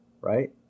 right